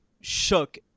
shook